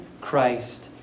Christ